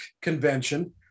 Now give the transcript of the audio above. convention